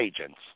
agents